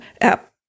app